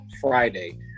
Friday